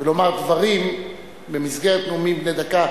ולומר דברים במסגרת נאומים בני דקה,